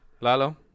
Lalo